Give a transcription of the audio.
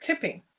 tipping